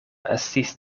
estis